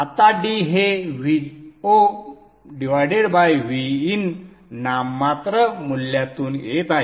आता d हे VoVin नाममात्र मूल्यातून येत आहे